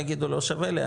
יגידו: לא שווה לי,